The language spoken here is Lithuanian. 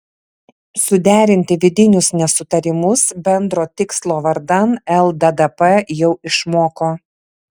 suderinti vidinius nesutarimus bendro tikslo vardan lddp jau išmoko